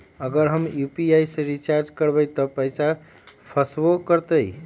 अगर हम यू.पी.आई से रिचार्ज करबै त पैसा फसबो करतई?